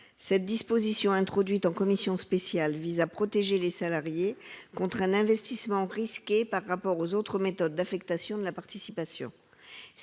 Cette disposition, introduite en commission spéciale, vise à protéger les salariés contre un investissement risqué par rapport aux autres méthodes d'affectation de la participation.